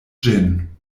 ĝin